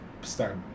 start